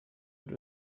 und